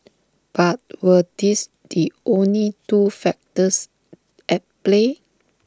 but were these the only two factors at play